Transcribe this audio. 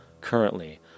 currently